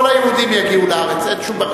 כל היהודים יגיעו לארץ, אין שום בעיה.